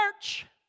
church